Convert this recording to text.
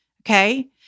Okay